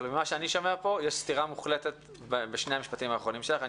אבל ממה שאני שומע כאן יש סתירה מוחלטת בשני המשפטים האחרונים שלך.